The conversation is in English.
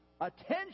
attention